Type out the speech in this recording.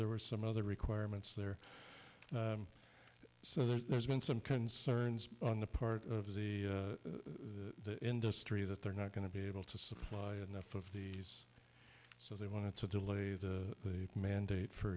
there were some other requirements there so there's been some concerns on the part of the industry that they're not going to be able to supply enough of these so they wanted to delay the mandate for